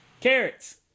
carrots